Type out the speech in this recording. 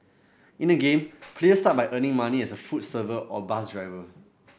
in the game players start by earning money as a food server or bus driver